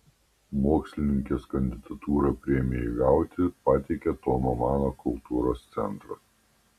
mokslininkės kandidatūrą premijai gauti pateikė tomo mano kultūros centras